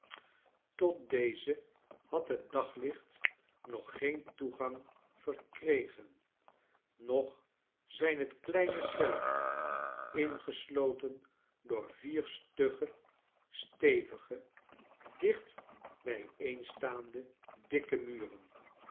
tot deze had het daglicht nog geen toegang verkregen nog zijn het kleine cellen ingesloten door vier stugge stevige dicht bijeenstaande dikke muren